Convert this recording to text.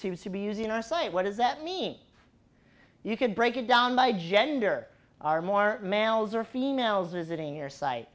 seems to be using our site what does that mean you could break it down by gender are more males or females or is it in your site